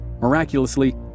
Miraculously